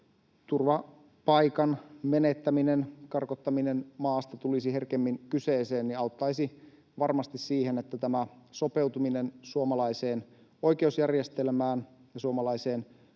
turvapaikan menettäminen, karkottaminen maasta, tulisi herkemmin kyseeseen, ja se auttaisi varmasti siihen, että tämä sopeutuminen suomalaiseen oikeusjärjestelmään ja suomalaiseen